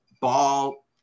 ball